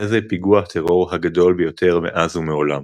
היה זה פיגוע הטרור הגדול ביותר מאז ומעולם.